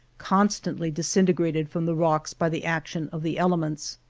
constantly disin tegrated from the rocks by the action of the elements.